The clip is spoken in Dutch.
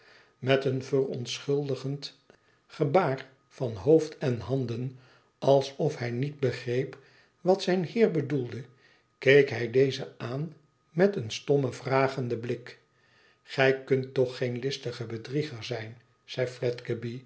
met een verontschuldigend gebaar van hoofd en handen alsof hij niet begreep wat zijn heer bedoelde keek hij dezen aan met een stommen vragenden blik gij kunt toch geen listige bedrieger zijn zei